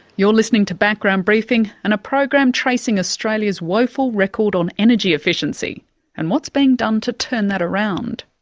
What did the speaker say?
you're listening to background briefing and a program tracing australia's woeful record on energy efficiency and what's been done to turn that around.